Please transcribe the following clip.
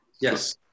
Yes